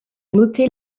noter